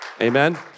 amen